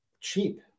cheap